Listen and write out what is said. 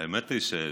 אמרתי את זה קודם.